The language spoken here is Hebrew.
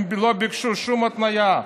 הם לא ביקשו שום התניה,